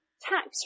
tax